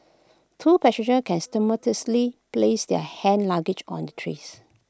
two passenger can simultaneously place their hand luggage on the trays